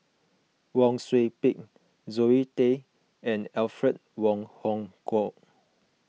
Wang Sui Pick Zoe Tay and Alfred Wong Hong Kwok